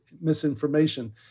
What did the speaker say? misinformation